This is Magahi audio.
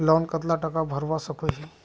लोन कतला टाका भरवा करोही?